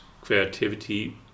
creativity